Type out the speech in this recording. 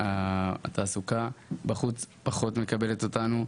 התעסוקה בחוץ פחות מקבלת אותנו,